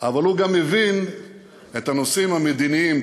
אבל הוא גם מבין את הנושאים המדיניים,